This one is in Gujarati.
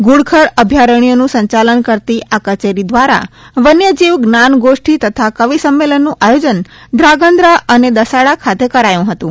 ધુડખર અભ્યારણનું સંચાલન કરતી આ કચેરી દ્વારા વન્યજીવ જ્ઞાનગોષ્ઠિ તથા કવિસંમેલનનું આયોજન ધ્રાંગધ્રા અને દસાડા ખાતે કરાયું હતું